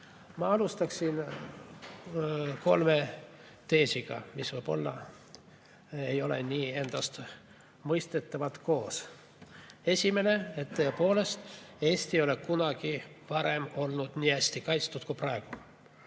alustaksin kolme teesiga, mis võib-olla ei ole nii endastmõistetavalt koos. Esimene: tõepoolest, Eesti ei ole kunagi varem olnud nii hästi kaitstud kui praegu.